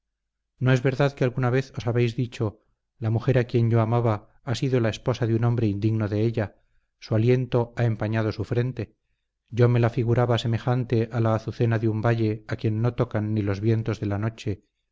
no es verdad que alguna vez os habéis dicho la mujer a quien yo amaba ha sido la esposa de un hombre indigno de ella su aliento ha empañado su frente yo me la figuraba semejante a la azucena de un valle a quien no tocan ni los vientos de la noche